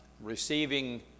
receiving